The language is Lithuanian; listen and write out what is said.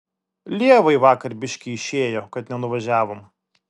lievai vakar biškį išėjo kad nenuvažiavom